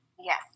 Yes